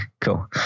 cool